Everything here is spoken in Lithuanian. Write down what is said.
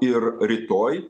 ir rytoj